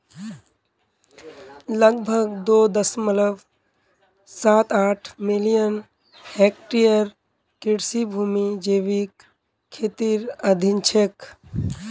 लगभग दो दश्मलव साथ आठ मिलियन हेक्टेयर कृषि भूमि जैविक खेतीर अधीन छेक